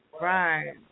Right